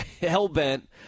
hell-bent